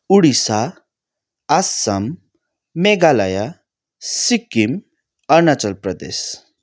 Odisha Assam Meghalaya Sikkim Arunachal Pradesh